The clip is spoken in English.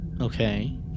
Okay